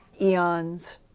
eons